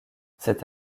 cet